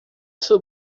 two